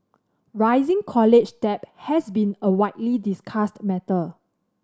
rising college debt has been a widely discussed matter